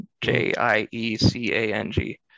J-I-E-C-A-N-G